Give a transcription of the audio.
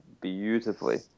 beautifully